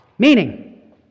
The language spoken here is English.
Meaning